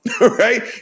right